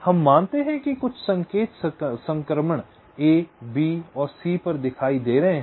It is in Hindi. हम मानते हैं कि कुछ संकेत संक्रमण ए बी और सी पर दिखाई दे रहे हैं